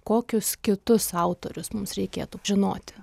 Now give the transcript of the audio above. kokius kitus autorius mums reikėtų žinoti